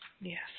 Yes